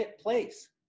place